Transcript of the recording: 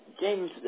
James